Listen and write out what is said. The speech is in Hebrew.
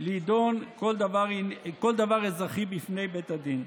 שיידון כל דבר אזרחי בפני בית הדין.